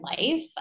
life